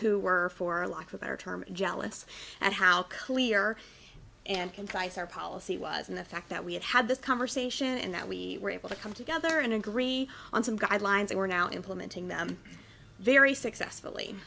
who were for a life of their term jealous at how clear and concise our policy was and the fact that we had had this conversation and that we were able to come together and agree on some guidelines and we're now implementing them very successfully